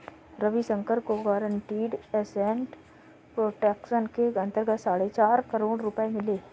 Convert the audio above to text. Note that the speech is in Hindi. रविशंकर को गारंटीड एसेट प्रोटेक्शन के अंतर्गत साढ़े चार करोड़ रुपये मिले